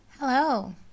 Hello